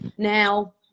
Now